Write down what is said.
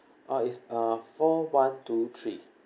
uh it's uh four one two three